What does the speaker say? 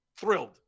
thrilled